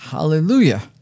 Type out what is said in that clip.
Hallelujah